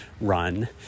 run